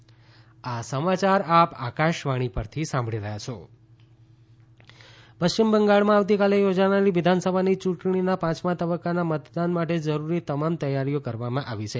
યૂંટણી પાંચમો તબક્કો પશ્ચિમ બંગાળમાં આવતીકાલે યોજાનારી વિધાનસભાની યૂંટણીના પાંચમા તબક્કાના મતદાન માટે જરૂરી તમામ તૈયારીઓ કરવામાં આવી છે